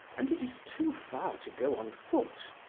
and it is too far to go on foot.